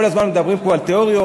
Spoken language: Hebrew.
כל הזמן מדברים פה על תיאוריות,